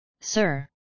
sir